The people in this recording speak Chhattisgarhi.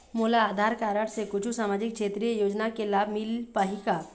मोला आधार कारड से कुछू सामाजिक क्षेत्रीय योजना के लाभ मिल पाही का?